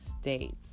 States